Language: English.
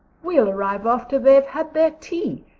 we'll arrive after they have had their tea,